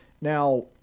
Now